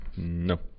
No